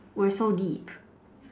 were so deep